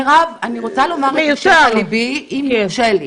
מירב, אני רוצה לומר את אשר על ליבי, אם יורשה לי.